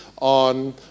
on